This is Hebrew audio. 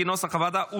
כנוסח הוועדה,